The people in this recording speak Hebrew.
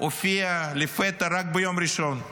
הופיעה לפתע רק ביום ראשון.